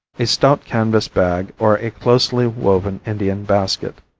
a stout canvas bag or a closely woven indian basket.